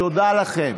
תודה לכם.